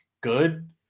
good